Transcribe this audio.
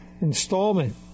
installment